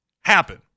happen